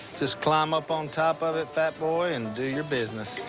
just climb up on top of it, fat boy, and do your business.